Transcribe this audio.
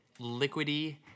liquidy